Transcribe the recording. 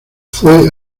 fue